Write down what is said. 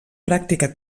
pràctica